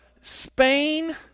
Spain